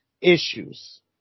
issues